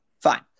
fine